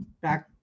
back